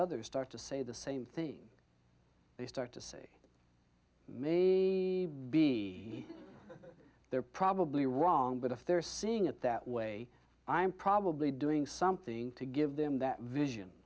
others start to say the same thing they start to say may be be they're probably wrong but if they're seeing it that way i'm probably doing something to give them that vision